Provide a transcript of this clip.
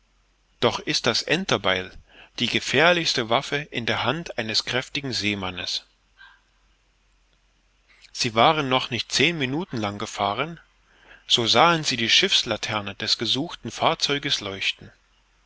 doch ist das enterbeil die gefährlichste waffe in der hand eines kräftigen seemannes sie waren noch nicht zehn minuten lang gefahren so sahen sie die schiffslaterne des gesuchten fahrzeuges leuchten